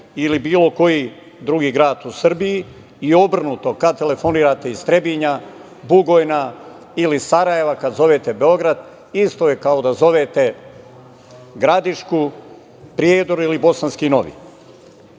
ili bilo koji drugi grad u Srbiji, i obrnuto - kad telefonirate iz Trebinja, Bugojna ili Sarajeva, kad zovete Beograd, isto je kao da zovete Gradišku, Prijedor ili Bosanski Novi.